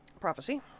prophecy